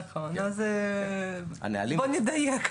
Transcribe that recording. אז בוא נדייק.